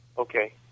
Okay